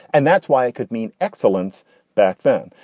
and that's why it could mean excellence back then.